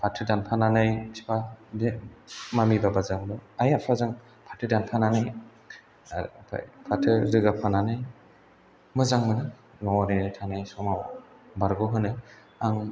फाथो दानफानानै बिफा मामि बाबा जों आइ आफाजों फाथो दानफानानै फाथो रोगाफानानै मोजां मोनो न'आव ओरैनो थानाय समाव बारग'होनो आं